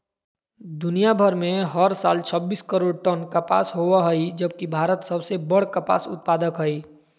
दुनियां भर में हर साल छब्बीस करोड़ टन कपास होव हई जबकि भारत सबसे बड़ कपास उत्पादक हई